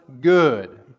good